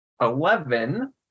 Eleven